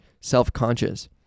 self-conscious